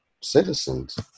citizens